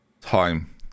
Time